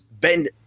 bend